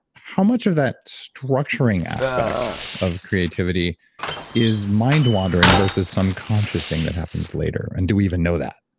how much of that structuring aspect of creativity is mind-wandering versus some conscious thing that happens later? and do we even know that?